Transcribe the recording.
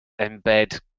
embed